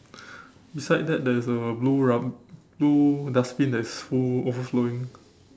beside that there is blue rub~ blue dustbin that is full overflowing